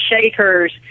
shakers